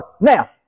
Now